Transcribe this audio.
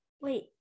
Wait